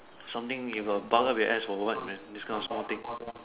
something you got bug up your ass or what man this kind of small thing